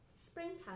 Springtime